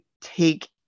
take